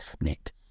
Nick